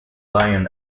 lion